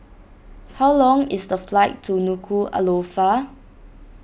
how long is the flight to Nuku'alofa